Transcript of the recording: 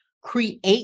create